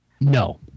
No